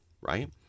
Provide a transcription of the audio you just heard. right